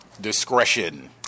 discretion